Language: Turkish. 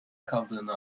kaldığını